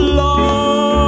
love